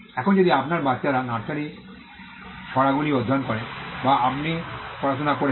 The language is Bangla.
এখন যদি আপনার বাচ্চারা নার্সারি ছড়াগুলি অধ্যয়ন করে যা আপনি পড়াশোনা করেছেন